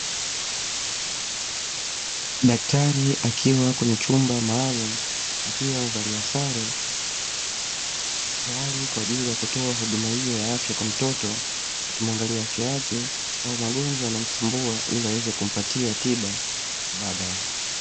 Daktari akiwa kwenye chumba maalumu, akiwa amevalia sare tayari kwaajili ya kutoa huduma hiyo ya afya kwa mtoto, akimwangalia afya yake au magonjwa yanamsumbua ili aweze kumpatia tiba mbadala.